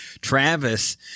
Travis